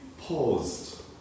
Paused